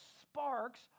sparks